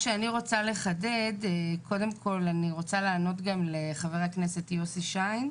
אני רוצה לחדד וקודם כל לענות לחבר הכנסת יוסי שיין.